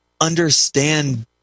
understand